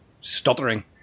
stuttering